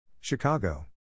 Chicago